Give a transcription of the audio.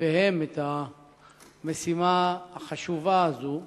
כתפיהם את המשימה החשובה הזאת.